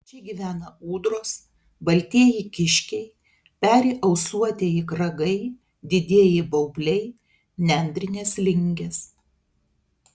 čia gyvena ūdros baltieji kiškiai peri ausuotieji kragai didieji baubliai nendrinės lingės